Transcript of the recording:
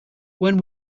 when